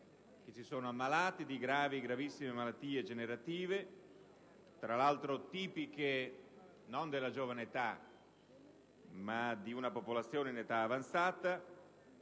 che si sono ammalati di gravi e gravissime malattie degenerative, tra l'altro tipiche non della giovane età ma di una popolazione in età avanzata,